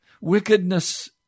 Wickedness